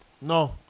No